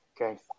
okay